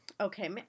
Okay